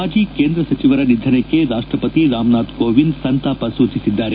ಮಾಜಿ ಕೇಂದ್ರ ಸಚಿವರ ನಿಧನಕ್ಕೆ ರಾಷ್ಷಪತಿ ರಾಮನಾಥ್ ಕೋವಿಂದ್ ಸಂತಾಪ ಸೂಚಿಸಿದ್ದಾರೆ